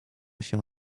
się